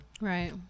Right